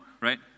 right